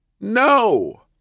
No